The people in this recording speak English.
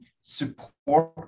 support